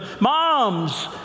Moms